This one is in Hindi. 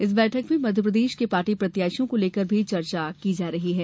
इस बैठक में मध्यप्रदेश के पार्टी प्रत्याशियों को लेकर भी चर्चा की जा रही है